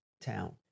town